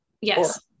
yes